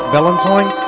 Valentine